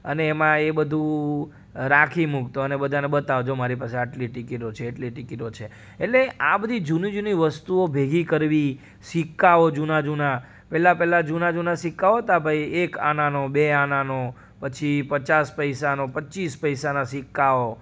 અને એમાં એ બધું રાખી મૂકતો અને બધાંને બતાવું જો મારી પાસે આટલી ટિકિટો છે એટલી ટિકિટો છે એટલે આ બધી જૂની જૂની વસ્તુઓ ભેગી કરવી સિક્કાઓ જૂના જૂના પહેલાં પહેલાં જૂના જૂના સિક્કાઓ હતા ભાઈ એક આનાનો બે આનાનો પછી પચાસ પૈસાનો પચીસ પૈસાનાં સિક્કાઓ